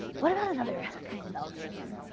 what about another kind of algorithm?